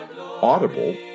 Audible